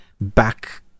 back